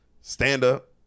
stand-up